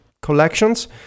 Collections